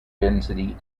density